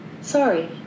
Sorry